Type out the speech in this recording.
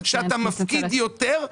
ככל שאתה מפקיד יותר.